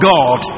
God